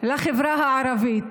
לחברה הערבית.